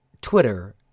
Twitter